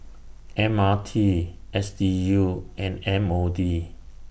M R T S D U and M O D